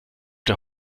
der